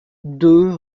deux